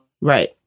Right